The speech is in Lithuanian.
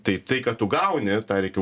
tai tai kad tu gauni tą reikia